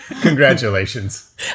Congratulations